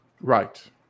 Right